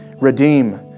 redeem